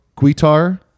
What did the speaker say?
guitar